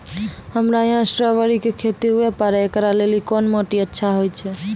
हमरा यहाँ स्ट्राबेरी के खेती हुए पारे, इकरा लेली कोन माटी अच्छा होय छै?